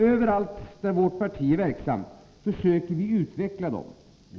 Överallt där vårt parti är verksamt försöker vi utveckla dem.